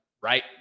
right